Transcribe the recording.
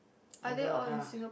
I got uh